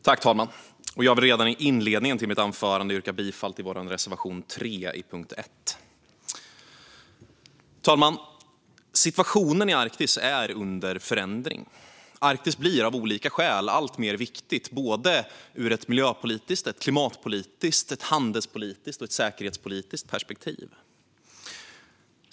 Fru talman! Jag vill redan i inledningen till mitt anförande yrka bifall till reservation 3 under punkt 1. Situationen i Arktis är under förändring. Arktis blir av olika skäl allt viktigare ur miljöpolitiskt, klimatpolitiskt, handelspolitiskt och säkerhetspolitiskt perspektiv.